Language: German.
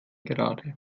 gerade